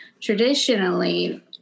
traditionally